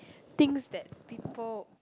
things that people